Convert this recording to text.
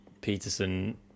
Peterson